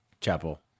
chapel